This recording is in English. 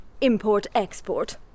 Import-export